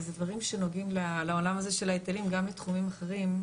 וזה דברים שנוגעים לעולם הזה של ההיטלים גם לתחומים אחרים.